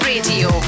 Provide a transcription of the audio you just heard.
Radio